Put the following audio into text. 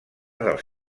dels